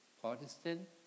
Protestant